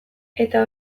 eta